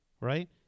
right